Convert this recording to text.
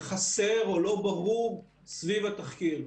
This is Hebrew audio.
-- חסר או לא ברור סביב התחקיר.